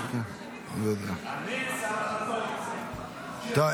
אני שר הדתות שתומך בגיוס --- טוב,